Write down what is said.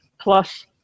plus